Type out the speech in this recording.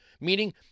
Meaning